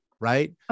right